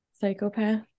psychopath